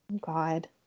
God